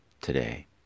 today